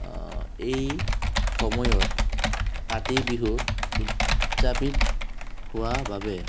এই সময়ত কাতি বিহু উদযাপিত হোৱা বাবে